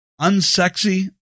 unsexy